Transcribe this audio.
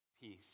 peace